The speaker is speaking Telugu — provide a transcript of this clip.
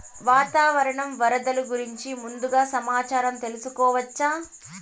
వాతావరణం వరదలు గురించి ముందుగా సమాచారం తెలుసుకోవచ్చా?